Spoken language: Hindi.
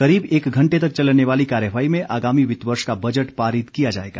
करीब एक घंटे तक चलने वाली कार्यवाही में आगामी वित्त वर्ष का बजट पारित किया जाएगा